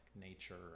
nature